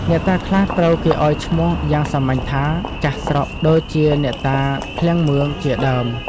អ្នកតាខ្លះត្រូវគេឱ្យឈ្មោះយ៉ាងសាមញ្ញថា ចាស់ស្រុក ដូចជាអ្នកតាឃ្លាំងមឿង ជាដើម។